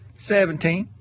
seventeen,